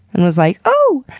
and was like, oh!